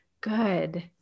good